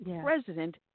president